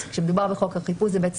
הקטין מתייחסים רק מתחת לגיל 14. זאת אומרת